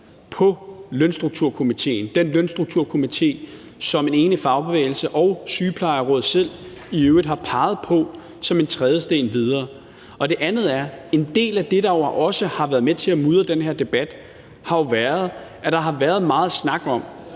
på lønstrukturkomitéen – den lønstrukturkomité, som en enig fagbevægelse og Dansk Sygeplejeråd selv i øvrigt har peget på som en trædesten videre. Det andet er, at en del af det, der også har været med til at mudre den her debat, har jo været, at der har været meget snak om